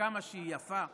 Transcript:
כמה שהיא יפה,